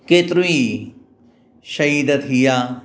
केतिराई शहीद थी विया